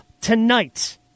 tonight